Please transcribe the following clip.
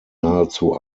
nahezu